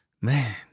Man